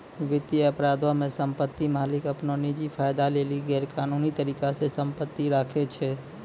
वित्तीय अपराधो मे सम्पति मालिक अपनो निजी फायदा लेली गैरकानूनी तरिका से सम्पति राखै छै